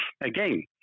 again